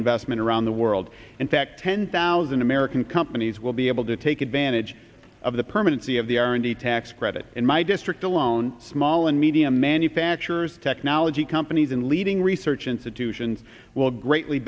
investment around the world in fact ten thousand american companies will be able to take advantage of the permanency of the r and d tax credit in my district alone small and medium manufacturers technology companies and leading research institutions will greatly